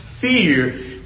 fear